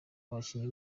abakinnyi